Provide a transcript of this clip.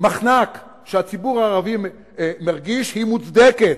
המחנק שהציבור הערבי מרגיש, היא מוצדקת.